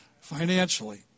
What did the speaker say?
Financially